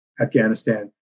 Afghanistan